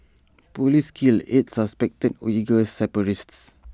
Police kill eight suspected Uighur separatists